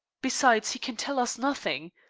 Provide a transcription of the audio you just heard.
besides, he can tell us nothing.